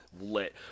Lit